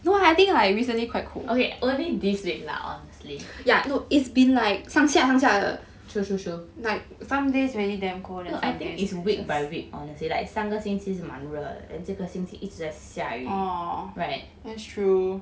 okay only this week lah honestly yeah true true true no I think it's week by week honestly like 上个星期是蛮热的 then 这个星期一直在下雨 right